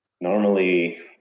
Normally